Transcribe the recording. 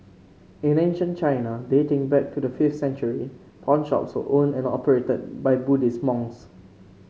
in ancient China dating back to the fifth century pawnshops were owned and operated by Buddhist monks